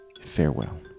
Farewell